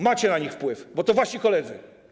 Macie na nich wpływ, bo to wasi koledzy.